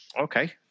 okay